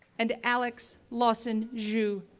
and alex lawson zhou,